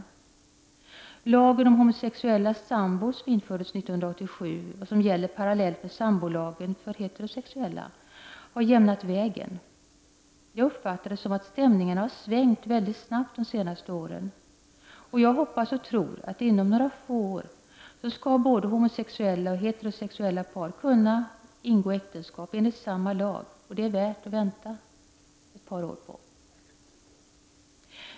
Lagen om homosexuella sambor som infördes 1987 och som gäller parallellt med sambolagen för heterosexuella har jämnat vägen. Jag uppfattar det som att stämningarna har svängt väldigt snabbt de senaste åren, och jag hoppas och tror att inom några få år skall både homosexuella och heterosexuella par kunna ingå äktenskap enligt samma lag, och det är värt att vänta ett par år på.